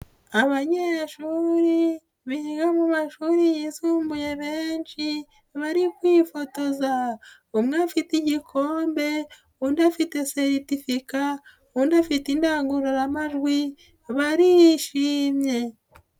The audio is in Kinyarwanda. Abanyeshuri biga mu mashuri yisumbuye benshi bari kwifotoza, umwe afite igikombe, undi afite seritifika, undi afite indangururamajwi barishimye.